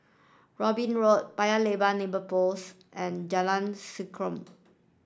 Robin Road Paya Lebar Neighbour Post and Jalan Serengam